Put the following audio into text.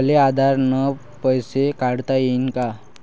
मले आधार न पैसे काढता येईन का?